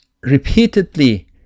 repeatedly